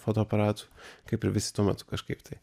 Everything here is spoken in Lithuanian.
fotoaparatu kaip ir visi tuo metu kažkaip tai